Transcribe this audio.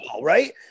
right